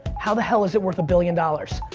how the hell is it worth billion dollars?